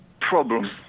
problem